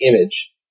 Image